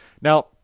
Now